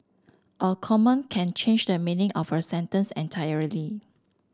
a comma can change the meaning of a sentence entirely